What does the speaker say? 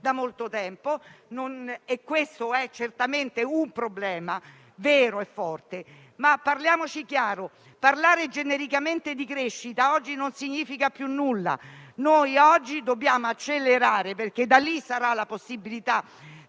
da molto tempo, e questo è certamente un problema vero e forte. Diciamocelo chiaramente: parlare genericamente di crescita oggi non significa più nulla. Oggi dobbiamo accelerare perché parte da qui la possibilità